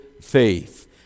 faith